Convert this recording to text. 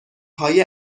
های